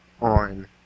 on